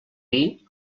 dir